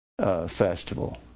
festival